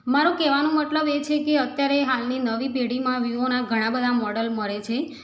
મારો કેવાનો મતલબ એ છે કે અત્યારે હાલની નવી પેઢીમાં વિવોના ઘણા બધા મોડલ મળે છે